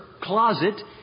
closet